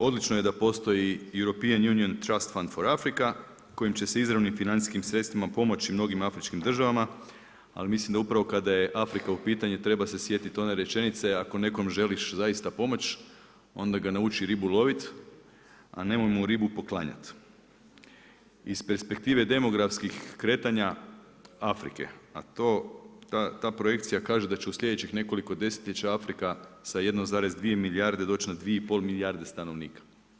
Odlično je da postoji European Union trust fond for Africa kojim će se izravnim financijskim sredstvima pomoći mnogim afričkim državama ali mislim da upravo kada je Afrika u pitanju treba se sjetiti one rečenice „Ako nekom želiš zaista pomoć, onda ga nauči ribu loviti a nemoj mu ribu poklanjat.“ Iz perspektive demografskim kretanja Afrike, a ta projekcija kaže da će u slijedećih nekoliko desetljeća Afrika sa 1,2 milijarde doći na 2,5 milijarde stanovnika.